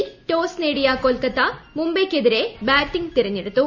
ഐപിഎല്ലിൽ toss നേടിയ കൊൽക്കത്ത മുംബൈയ്ക്കെതിരെ batting തിരഞ്ഞെടുത്തു